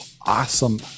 awesome